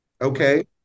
Okay